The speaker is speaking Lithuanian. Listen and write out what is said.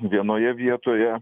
vienoje vietoje